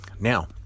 Now